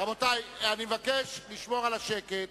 רבותי, אני מבקש לשמור על השקט.